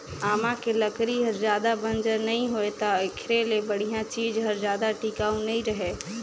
आमा के लकरी हर जादा बंजर नइ होय त एखरे ले बड़िहा चीज हर जादा टिकाऊ नइ रहें